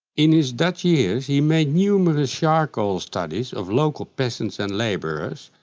in his dutch years he made numerous charcoal studies of local peasants and laborers,